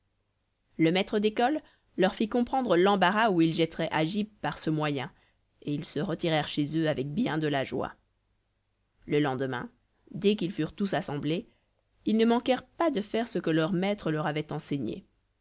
le maître d'école leur fit comprendre l'embarras où ils jetteraient agib par ce moyen et ils se retirèrent chez eux avec bien de la joie le lendemain dès qu'ils furent tous assemblés ils ne manquèrent pas de faire ce que leur maître leur avait enseigné